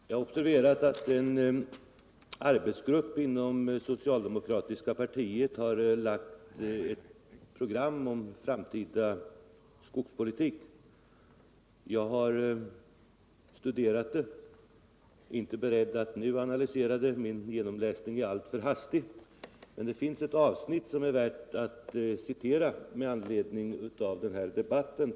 Herr talman! Jag har observerat att en arbetsgrupp inom socialdemokratiska partiet har lagt fram ett program om framtida skogspolitik. Jag har studerat det men är inte beredd att nu analysera det, eftersom min genomläsning varit alltför hastig. Men det finns ett avsnitt som är värt att citera med anledning av den här debatten.